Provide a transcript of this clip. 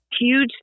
huge